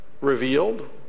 revealed